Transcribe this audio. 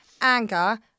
anger